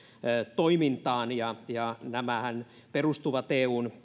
toimintaan ja ja nämähän perustuvat eun